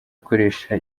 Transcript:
gukoresha